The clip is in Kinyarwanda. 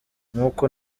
nk’uko